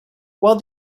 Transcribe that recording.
while